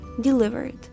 delivered